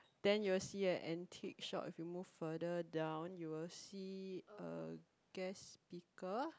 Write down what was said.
then you will see an antique shop if you move further down you will see a guest speaker